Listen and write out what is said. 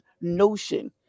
notion